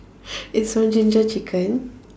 it's from jinjja chicken